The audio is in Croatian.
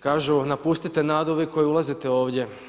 kažu: napustite nadu vi koji ulazite ovdje.